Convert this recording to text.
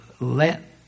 let